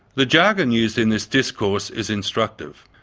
the jargon used in this discourse is instructive.